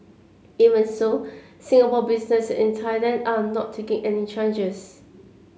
even so Singapore business in Thailand are not taking any changes